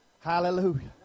Hallelujah